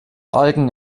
algen